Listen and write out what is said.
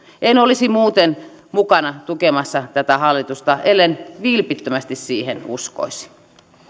en olisi muuten mukana tukemassa tätä hallitusta ellen vilpittömästi siihen uskoisi